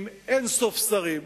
עם אין-סוף שרים,